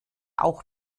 auch